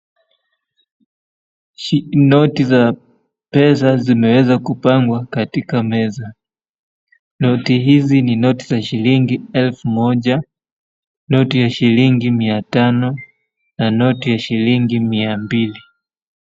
Noti za pesa zinaweza kupangwa katika meza. Noti hizi ni noti za shilingi elfu moja, noti ya shilingi mia tano na noti ya shilingi mia mbili.